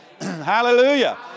Hallelujah